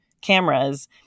cameras